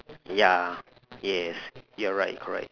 ya yes you're right correct